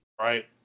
right